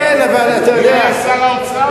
מי היה שר האוצר?